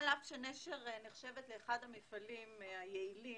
על אף שנשר נחשבת לאחד המפעלים היעילים